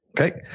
Okay